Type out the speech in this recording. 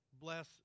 bless